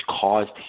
caused